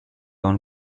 own